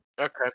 Okay